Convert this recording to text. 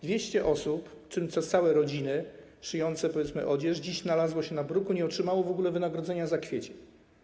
200 osób, w tym całe rodziny, szyjących, powiedzmy, odzież dziś znalazło się na bruku, nie otrzymało w ogóle wynagrodzenia za kwiecień.